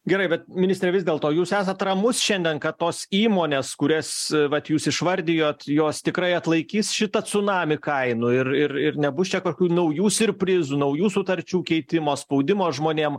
gerai bet ministre vis dėlto jūs esat ramus šiandien kad tos įmonės kurias vat jūs išvardijot jos tikrai atlaikys šitą cunamį kainų ir ir ir nebus čia kokių naujų siurprizų naujų sutarčių keitimo spaudimo žmonėm